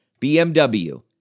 BMW